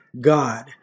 God